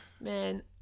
Man